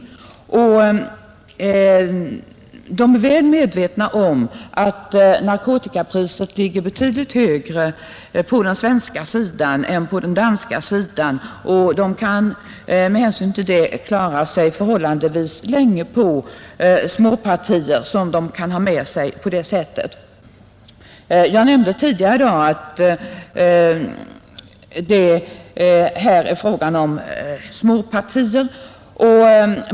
De är väl medvetna om att narkotikapriset ligger betydligt högre på den svenska sidan än på den danska. De kan med hänsyn till det klara sig förhållandevis länge på småpartier som de kan ha med sig. Jag nämnde tidigare i dag att det här är fråga om småpartier.